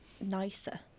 nicer